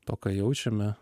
to ką jaučiame